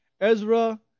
Ezra